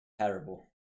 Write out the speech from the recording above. terrible